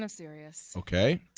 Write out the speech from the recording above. um serious ok,